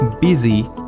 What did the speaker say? busy